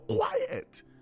quiet